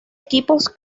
equipos